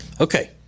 Okay